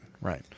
Right